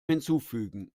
hinzufügen